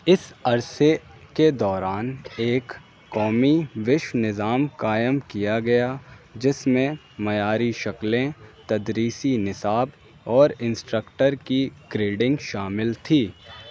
اس عرصے کے دوران ایک قومی وشو نظام قائم کیا گیا جس میں معیاری شکلیں تدریسی نصاب اور انسٹرکٹر کی کریڈنگ شامل تھی